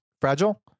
fragile